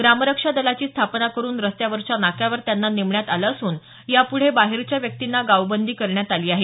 ग्रामरक्षा दलाची स्थापना करून रस्त्यावरच्या नाक्यावर त्यांना नेमण्यात आलं असून यापुढे बाहेरच्या व्यक्तींना गावबंदी करण्यात आली आहे